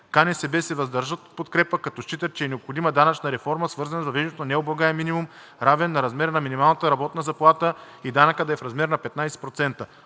КНСБ се въздържат от подкрепа, като считат, че е необходима данъчна реформа, свързана с въвеждането на необлагаем минимум, равен на размера на МРЗ, и ДДФЛ да е в размер на 15 %.